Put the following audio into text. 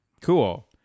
Cool